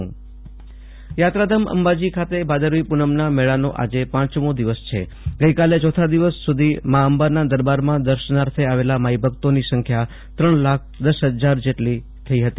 આસુતોષ અંતાણી અંબાજી ભાદરવી પૂનમ મેળો યાત્રાધામ અંબાજી ખાતે ભાદરવી પુનમના મેળાનો આજે પાંચમો દિવસ છે ગઈકાલે ચોથા દિવસ સુધીમાં અંબાના દરબારમાં દર્શનાર્થે આવેલા માઈભક્તોની સંખ્યા ત્રણ લાખ દસ ફજાર જેટલી થઇ હતી